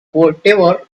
whatever